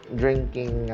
drinking